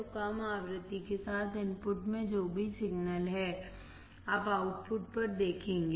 तो कम आवृत्ति के साथ इनपुट में जो भी सिग्नल है आप आउटपुट पर देखेंगे